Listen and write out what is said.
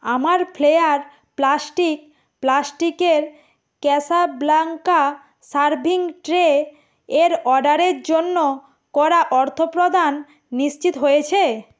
আমার flair plastic প্লাস্টিকের Casablanca serving tray এর অর্ডারের জন্য করা অর্থপ্রদান নিশ্চিত হয়েছে